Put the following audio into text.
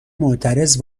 معترض